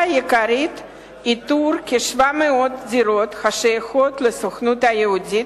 העיקרית: איתור כ-700 דירות השייכות לסוכנות היהודית,